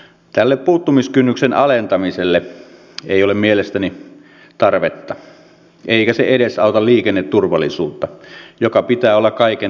tälle puuttumiskynnyksen alentamiselle ei ole mielestäni tarvetta eikä se edesauta liikenneturvallisuutta jonka pitää olla kaiken liikennevalvonnan lähtökohta